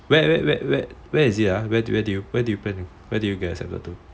whe~ where is it ah where did you plan to be accepted to